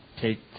take